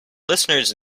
listeners